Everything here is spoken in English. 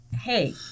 hey